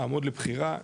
אעמוד לבחירה,